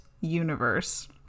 Universe